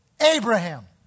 Abraham